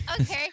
Okay